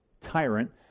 tyrant